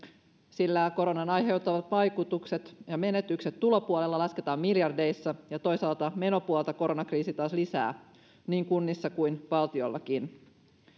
sillä koronan aiheuttamat vaikutukset ja menetykset tulopuolella lasketaan miljardeissa ja toisaalta menopuolta koronakriisi taas lisää niin kunnissa kuin valtiollakin